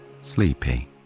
sleepy